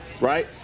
right